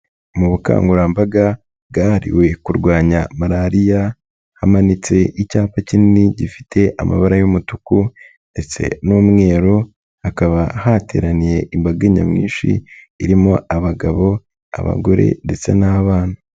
Mu bukangurambaga bwahariwe kurwanya Malariya, hamanitse icyapa kinini gifite amabara y'umutuku ndetse n'umweru, hakaba hateraniye imbaga nyamwinshi irimo abagabo, abagore ndetse n'abana.